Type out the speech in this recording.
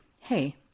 hey